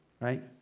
right